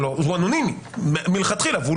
מאוד מאוד מרחיבים את